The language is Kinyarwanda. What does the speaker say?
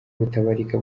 butabarika